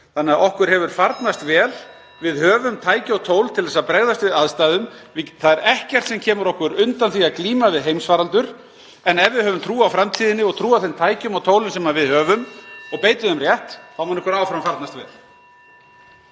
Þannig að okkur hefur farnast vel. Við höfum tæki og tól til að bregðast við aðstæðum. Það er ekkert sem kemur okkur undan því að glíma við heimsfaraldur, en ef við höfum trú á framtíðinni og trú á þeim tækjum og tólum sem við höfum og beitum þeim rétt mun okkur áfram farnast vel.